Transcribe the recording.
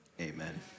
amen